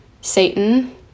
Satan